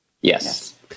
Yes